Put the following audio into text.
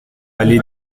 allée